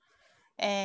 and